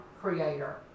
creator